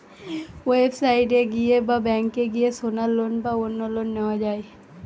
website এ গিয়ে বা ব্যাংকে গিয়ে সোনার লোন বা অন্য লোন নেওয়া যায়